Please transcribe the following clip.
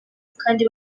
kandi